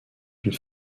une